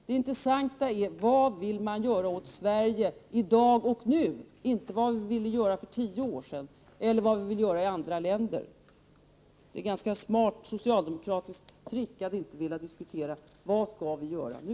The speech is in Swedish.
Det intressanta är vad man vill göra åt förhållandena i Sverige här och nu, inte vad man ville göra för tio år sedan eller vad andra länder vill göra. Det är ett ganska smart socialdemokratiskt trick att inte vilja diskutera vad vi skall göra nu.